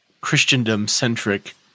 Christendom-centric